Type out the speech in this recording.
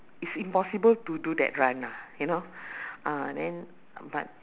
it's impossible to do that run ah you know uh then but